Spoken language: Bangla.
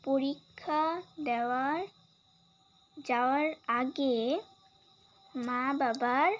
পরীক্ষা দেওয়ার যাওয়ার আগে মা বাবার